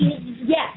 Yes